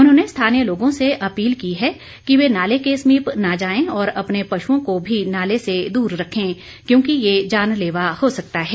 उन्होंने स्थानीय लोगों से अपील की है कि वे नाले के समीप न जाएं और अपने पशुओं को भी नाले से भी दूर रखें क्योंकि ये जानलेवा हो सकता है